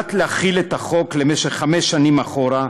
הוחלט להחיל את החוק חמש שנים אחורה,